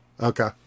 Okay